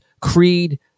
creed